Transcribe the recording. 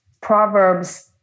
Proverbs